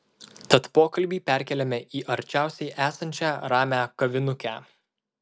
tad pokalbį perkeliame į arčiausiai esančią ramią kavinukę